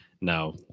Now